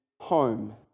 home